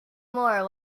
more